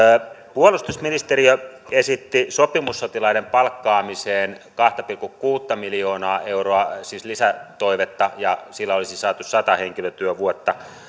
puolustusministeriö esitti sopimussotilaiden palkkaamiseen kahta pilkku kuutta miljoonaa euroa siis lisätoivetta ja sillä olisi saatu sata henkilötyövuotta